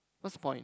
what's the point